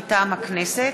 מטעם הכנסת: